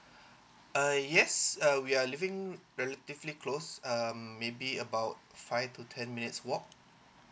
uh yes uh we are living relatively close um maybe about five to ten minutes walk